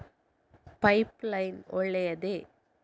Pipe line ಒಳ್ಳೆಯದೇ?